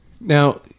now